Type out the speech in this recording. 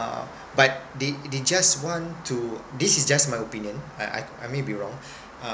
uh but they they just want to this is just my opinion I I I may be wrong uh